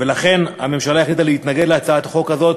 ולכן הממשלה החליטה להתנגד להצעת החוק הזאת,